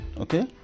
okay